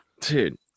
Dude